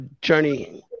journey